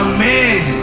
Amen